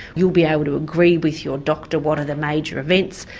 you'll be able to agree with your doctor what are the major events,